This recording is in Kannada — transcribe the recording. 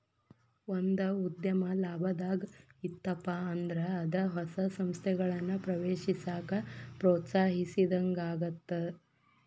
ಒಂದ ಉದ್ಯಮ ಲಾಭದಾಗ್ ಇತ್ತಪ ಅಂದ್ರ ಅದ ಹೊಸ ಸಂಸ್ಥೆಗಳನ್ನ ಪ್ರವೇಶಿಸಾಕ ಪ್ರೋತ್ಸಾಹಿಸಿದಂಗಾಗತ್ತ